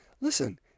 Listen